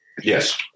Yes